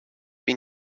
been